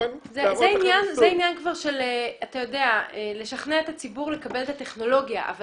זה עניין של לשכנע את הציבור לקבל את הטכנולוגיה אבל